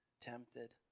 tempted